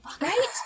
Right